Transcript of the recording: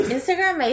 Instagram